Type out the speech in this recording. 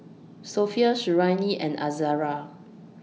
Sofea Suriani and Izara